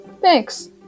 Thanks